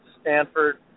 Stanford